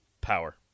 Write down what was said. power